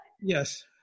Yes